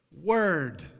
Word